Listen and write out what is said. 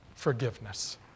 Forgiveness